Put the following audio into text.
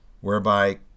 whereby